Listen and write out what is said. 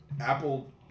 apple